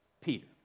Peter